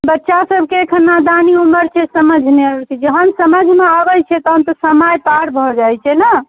बच्चा सबके एखन नादानी ऊमर छै समझ नहि आबैत छै जहन समझमे आबैत छै तहन तऽ समय पार भऽ जाइत छै ने